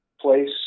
place